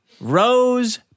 rose